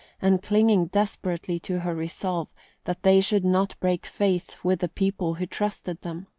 and clinging desperately to her resolve that they should not break faith with the people who trusted them.